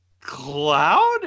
Cloud